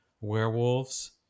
werewolves